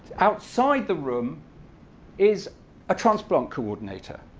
outside the room is a transplant coordinator.